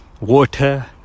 water